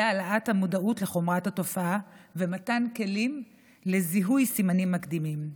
העלאת המודעות לחומרת התופעה ומתן כלים לזיהוי סימנים מקדימים.